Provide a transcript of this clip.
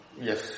Yes